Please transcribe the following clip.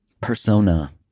Persona